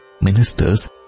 ministers